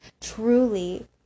truly